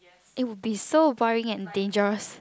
it would be so boring and dangerous